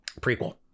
Prequel